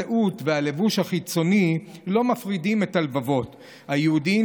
הזהות והלבוש החיצוני לא מפרידים את הלבבות היהודיים,